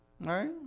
right